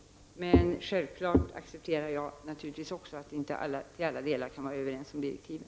Men självfallet accepterar jag också att vi till alla delar inte kan vara överens om direktiven.